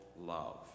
love